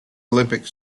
olympic